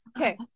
okay